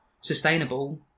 sustainable